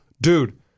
dude